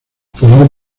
formó